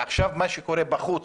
מה שקורה עכשיו בחוץ